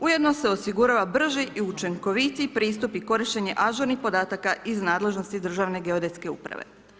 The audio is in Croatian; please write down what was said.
Ujedno se osigurava brži i učinkovitiji pristup i korištenje ažurnih podataka iz nadležnosti Državne geodetske uprave.